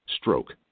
Stroke